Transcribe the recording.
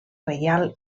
reial